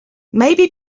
maybe